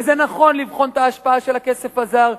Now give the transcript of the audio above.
וזה נכון לבחון את ההשפעה של הכסף הזר.